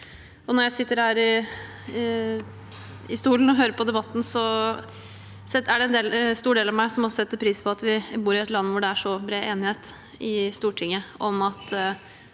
Når jeg sitter her på stolen og hører på debatten, er det en stor del av meg som setter pris på at vi bor i et land hvor det er så bred enighet i Stortinget om at